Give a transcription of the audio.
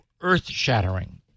earth-shattering